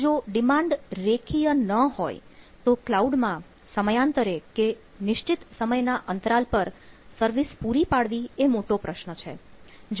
જો ડિમાન્ડ રેખીય ન હોય તો ક્લાઉડમાં સમયાંતરે કે નિશ્ચિત સમયના અંતરાલ પર સર્વિસ પૂરી પાડવી એ મોટો પ્રશ્ન છે